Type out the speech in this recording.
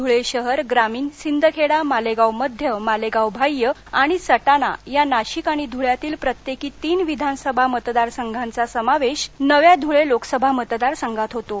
धुळे शहर ग्रामीण सिंदखेडा मालेगाव मध्य मालेगाव बाह्य आणि सटाणा या नाशिक आणि धुळ्यातील तीन विधानसभा मतदारसंघाचा समावेश नव्या धुळे लोकसभा मतदार संघात होतो